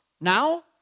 now